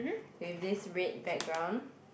with this red background